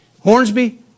Hornsby